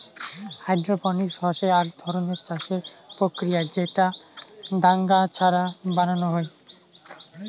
hydroponics হসে আক ধরণের চাষের প্রক্রিয়া যেটা দাঙ্গা ছাড়া বানানো হই